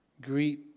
Greet